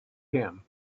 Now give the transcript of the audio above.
him